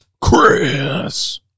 Chris